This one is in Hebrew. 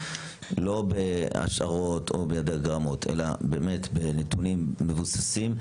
לא בהשערות או בדיאגרמות אלא באמת בנתונים מבוססים,